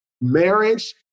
marriage